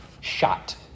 shot